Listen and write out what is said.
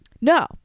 No